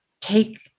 take